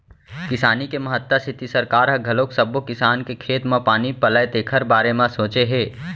किसानी के महत्ता सेती सरकार ह घलोक सब्बो किसान के खेत म पानी पलय तेखर बारे म सोचे हे